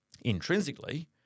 intrinsically